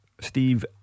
Steve